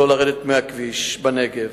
טופס זה נלקח מהתיירים לאחר כניסתם.